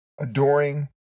adoring